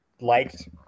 liked